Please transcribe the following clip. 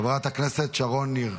חברת הכנסת שרון ניר,